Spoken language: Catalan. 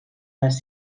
les